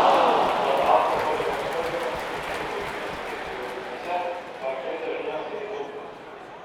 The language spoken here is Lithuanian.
dėl alkoholio vartojimo sumažėjus drėgmės kiekiui audiniuose paakiai dažniausiai įdumba